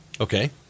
Okay